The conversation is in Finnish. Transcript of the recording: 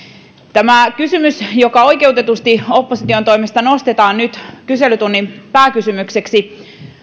tämä kysymys joka oikeutetusti opposition toimesta nostetaan nyt kyselytunnin pääkysymykseksi